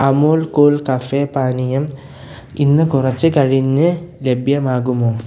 Amul Kool Cafe പാനീയം ഇന്ന് കുറച്ച് കഴിഞ്ഞ് ലഭ്യമാകുമോ